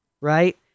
right